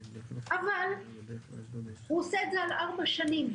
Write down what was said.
אבל היא עושה את זה על ארבע שנים.